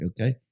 okay